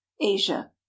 asia